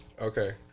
Okay